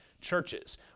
Churches